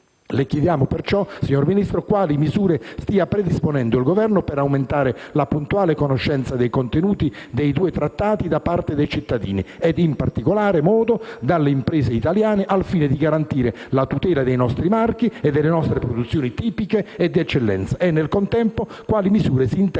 Le chiediamo, perciò, signor Ministro, quali misure stia predisponendo il Governo per aumentare la puntuale conoscenza dei contenuti dei due Trattati da parte dei cittadini e in particolar modo delle imprese italiane al fine di garantire la tutela dei nostri marchi e delle nostre produzioni tipiche e di eccellenza e, nel contempo, quali misure si intendano